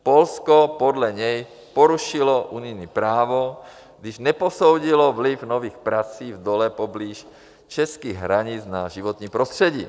Polsko podle něj porušilo unijní právo, když neposoudilo vliv nových prací v dole poblíž českých hranic na životní prostředí.